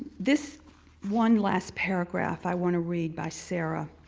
this one last paragraph i want to read by sarah